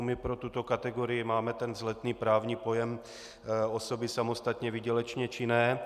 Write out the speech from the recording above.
My pro tuto kategorii máme ten vzletný právní pojem osoby samostatně výdělečně činné.